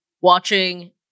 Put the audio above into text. watching